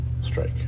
Strike